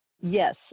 Yes